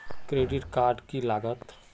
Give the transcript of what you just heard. Credit card की लागत?